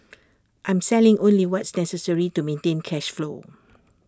I'm selling only what's necessary to maintain cash flow